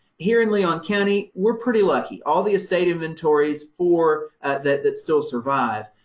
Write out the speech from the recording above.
here in leon county, we're pretty lucky. all the estate inventories for, that that still survive,